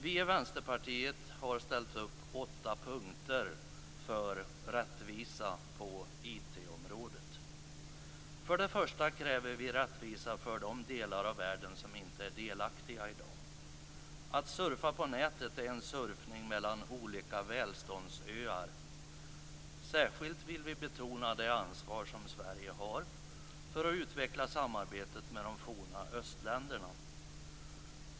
Vi i Vänsterpartiet har ställt upp åtta punkter för rättvisa på IT-området. För det första kräver vi rättvisa för de delar av världen som i dag inte är delaktiga. Att surfa på nätet är en surfning mellan olika välståndsöar. Särskilt vill vi betona det ansvar Sverige har för att utveckla samarbetet med de forna östländerna.